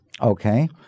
Okay